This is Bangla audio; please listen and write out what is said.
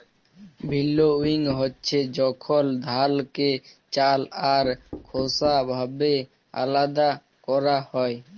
ভিল্লউইং হছে যখল ধালকে চাল আর খোসা ভাবে আলাদা ক্যরা হ্যয়